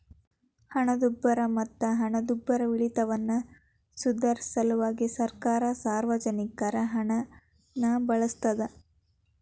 ಹಣದುಬ್ಬರ ಮತ್ತ ಹಣದುಬ್ಬರವಿಳಿತವನ್ನ ಸುಧಾರ್ಸ ಸಲ್ವಾಗಿ ಸರ್ಕಾರ ಸಾರ್ವಜನಿಕರ ಹಣನ ಬಳಸ್ತಾದ